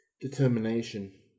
determination